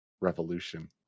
revolution